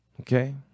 okay